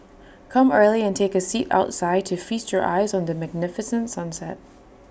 come early and take A seat outside to feast your eyes on the magnificent sunset